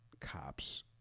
cops